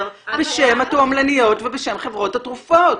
בשם התועמלניות ובשם חברות התרופות,